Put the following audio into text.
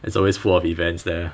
it's always full of events there